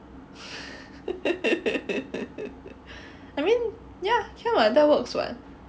I mean can [what] that works [what]